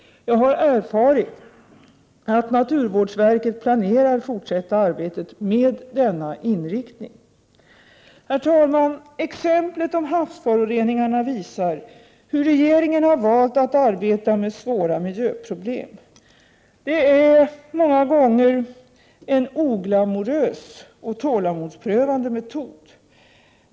Jag har erfarit att naturvårdsverket planerar att fortsätta arbetet med den inriktningen. Herr talman! Exemplet med havsföroreningarna visar hur regeringen har valt att arbeta med svåra miljöproblem. Det är en oglamorös och många gånger tålamodsprövande metod.